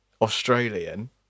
Australian